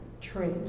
tree